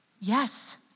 Yes